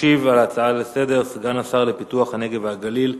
ישיב על ההצעות לסדר-היום סגן השר לפיתוח הנגב והגליל,